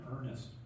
earnest